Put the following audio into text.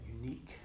unique